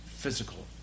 physical